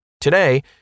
Today